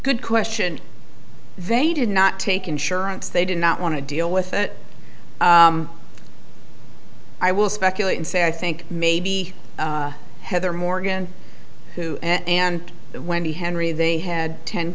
good question they did not take insurance they did not want to deal with it i will speculate and say i think maybe heather morgan who and that wendy henry they had ten